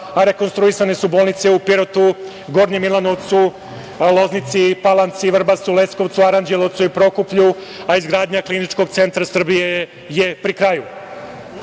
a rekonstruisane su bolnice u Pirotu, Gornjem Milanovcu, Loznici, Palanci, Vrbasu, Leskovcu, Aranđelovcu, Prokuplju, a izgradnja Kliničkog centra Srbije je pri kraju. Srbija